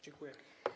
Dziękuję.